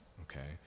okay